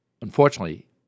Unfortunately